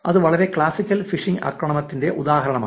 അത് വളരെ classical phishing ആക്രമണത്തിന്റെ ഉദാഹരണമാണ്